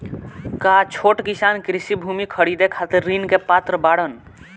का छोट किसान कृषि भूमि खरीदे खातिर ऋण के पात्र बाडन?